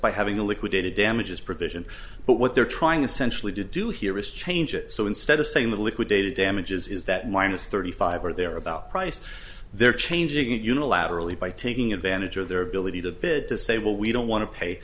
by having the liquidated damages provision but what they're trying essentially to do here is change it so instead of saying the liquidated damages is that minus thirty five or thereabouts price they're changing it unilaterally by taking advantage of their ability to bid to say well we don't want to pay